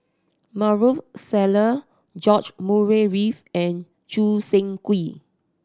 Maarof Salleh George Murray Reith and Choo Seng Quee